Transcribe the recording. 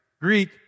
Greek